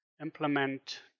implement